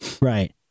Right